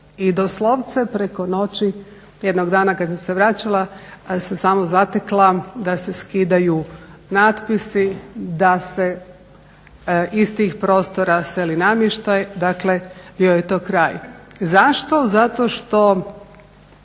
i doslovce preko noći jednog dana kad sam se vraćala sam samo zatekla da se skidaju natpisi, da se iz tih prostora seli namještaj. Dakle, bio je to kraj. Zašto? Zato što